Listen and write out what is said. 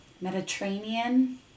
Mediterranean